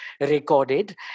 recorded